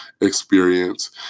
experience